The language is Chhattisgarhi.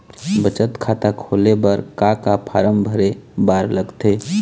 बचत खाता खोले बर का का फॉर्म भरे बार लगथे?